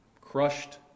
crushed